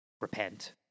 Repent